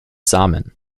samen